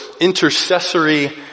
intercessory